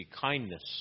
kindness